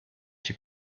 die